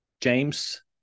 James